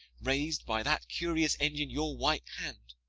rais'd by that curious engine, your white hand,